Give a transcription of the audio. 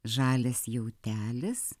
žalias jautelis